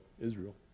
Israel